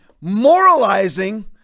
moralizing